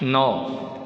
नओ